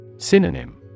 Synonym